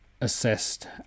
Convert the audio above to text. assessed